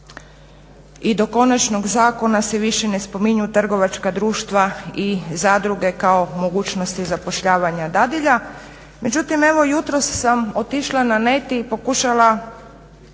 i do konačnog zakona se više ne spominju trgovačka društva i zadruge kao mogućnosti zapošljavanja dadilja. Međutim evo jutros sam otišla na net i pokušala